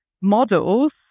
models